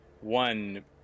One